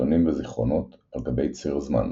סרטונים וזכרונות, על גבי ציר זמן